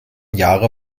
jahre